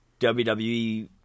WWE